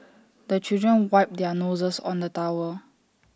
the children wipe their noses on the towel